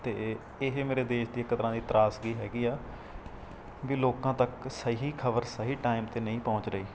ਅਤੇ ਇਹ ਮੇਰੇ ਦੇਸ਼ ਦੀ ਇੱਕ ਤਰ੍ਹਾਂ ਦੀ ਤਰਾਸਦੀ ਹੈਗੀ ਆ ਵੀ ਲੋਕਾਂ ਤੱਕ ਸਹੀ ਖਬਰ ਸਹੀ ਟਾਈਮ 'ਤੇ ਨਹੀਂ ਪਹੁੰਚ ਰਹੀ